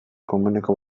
komuneko